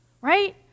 right